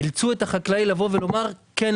אילצו את החקלאי לבוא ולומר: כן,